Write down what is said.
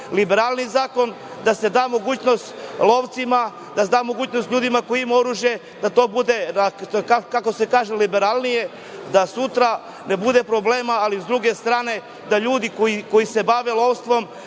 liberalniji zakon, da se da mogućnost lovcima, da se da mogućnost ljudima koji imaju oružje da to bude, kako se kaže, liberalnije, da sutra ne bude problema. S druge strane, da ljudi koji se bave lovom,